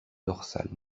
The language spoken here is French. dorsale